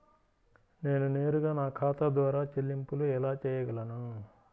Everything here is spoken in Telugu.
నేను నేరుగా నా ఖాతా ద్వారా చెల్లింపులు ఎలా చేయగలను?